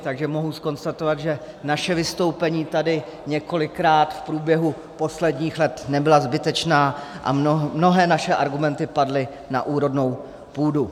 Takže mohu konstatovat, že naše vystoupení tady několikrát v průběhu posledních let nebyla zbytečná a mnohé naše argumenty padly na úrodnou půdu.